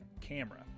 camera